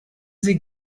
sie